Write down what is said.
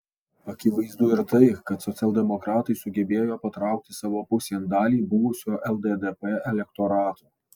akivaizdu ir tai kad socialdemokratai sugebėjo patraukti savo pusėn dalį buvusio lddp elektorato